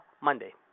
Monday